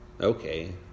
Okay